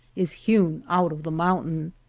is hewn out of the mountain.